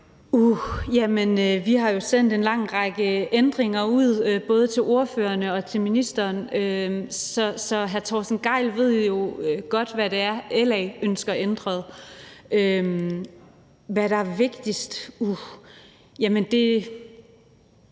Vi har sendt en lang række ændringer ud, både til ordførerne og til ministeren, så hr. Torsten Gejl ved jo godt, hvad det er, LA ønsker ændret. Hvad er vigtigst? Jamen det